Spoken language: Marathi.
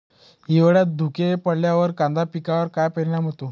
हिवाळ्यात धुके पडल्यावर कांदा पिकावर काय परिणाम होतो?